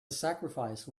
sacrifice